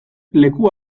leku